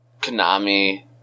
Konami